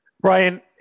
Brian